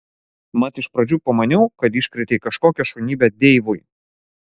mat iš pradžių pamaniau kad iškrėtei kažkokią šunybę deivui